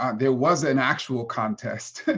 ah there was an actual contest,